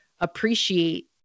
appreciate